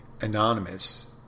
anonymous